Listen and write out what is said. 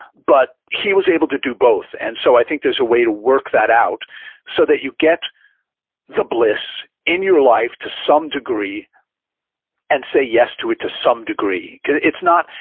but he was able to do both. and so i think there's a way to work that out so that you get the bliss in your life to some degree and say yes to it to some degree because it's not,